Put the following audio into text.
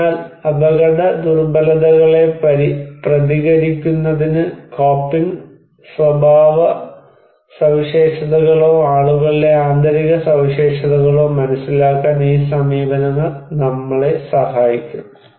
അതിനാൽ അപകടദുർബലതകളെ പ്രതികരിക്കുന്നതിന് കോപ്പിംഗ് സ്വഭാവസവിശേഷതകളോ ആളുകളുടെ ആന്തരിക സവിശേഷതകളോ മനസിലാക്കാൻ ഈ സമീപനങ്ങൾ നമ്മളെ സഹായിക്കും